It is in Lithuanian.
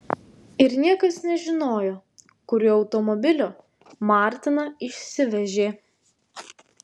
ir niekas nežinojo kuriuo automobiliu martiną išsivežė